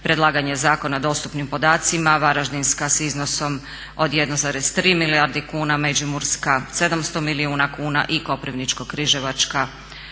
predlaganja zakona dostupnim podacima, Varaždinska s iznosom od 1,3 milijarde kuna, Međimurska 700 milijuna kuna i Koprivničko-križevačka